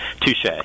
Touche